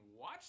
watch